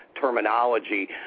terminology